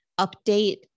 update